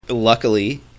Luckily